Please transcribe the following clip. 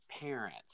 parents